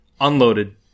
unloaded